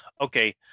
Okay